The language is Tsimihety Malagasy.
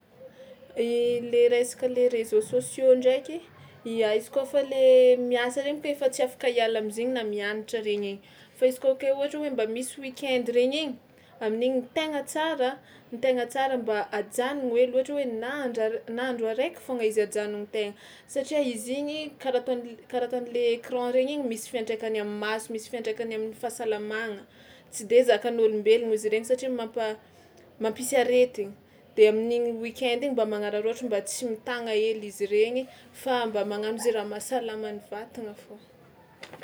Le resaka le réseaux sociaux ndraiky, ia izy kaofa le miasa regny ka efa tsy afaka hiala am'zaigny na mianatra regny igny, fa izy kôa ke ohatra hoe mba misy weekend regny igny amin'igny tegna tsara tegna tsara mba ajanono hely ohatra hoe na andra r- na andro araiky foagna izy ajanon-tegna satria izy igny karaha ataon'l- karaha ataon'le écran regny igny misy fiantraikany am'maso, misy fiantraikany am'fahasalamagna, tsy de zakan'ôlombelona izy regny satria mampa- mampisy aretigna, de amin'igny weekend iny mba magnararaotra mba tsy mitagna hely izy regny fa mba magnano zay raha mahasalama ny vatagna fao.